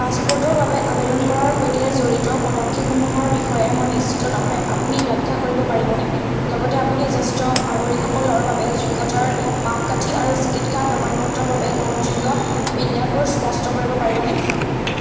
পাছপোৰ্টৰ বাবে আবেদন কৰাৰ সৈতে জড়িত পদক্ষেপসমূহৰ বিষয়ে মই নিশ্চিত নহয় আপুনি ব্যাখ্যা কৰিব পাৰিবনে লগতে আপুনি জ্যেষ্ঠ নাগৰিকসকলৰ বাবে যোগ্যতাৰ মাপকাঠি আৰু চিকিৎসা প্ৰমাণপত্ৰৰ বাবে গ্ৰহণযোগ্য বিন্যাসবোৰ স্পষ্ট কৰিব পাৰিবনে